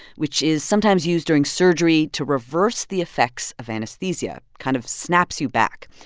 which is sometimes used during surgery to reverse the effects of anesthesia kind of snaps you back.